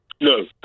No